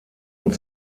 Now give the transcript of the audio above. und